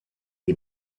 des